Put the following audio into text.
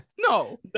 no